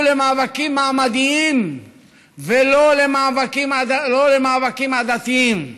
למאבקים מעמדיים ולא למאבקים עדתיים,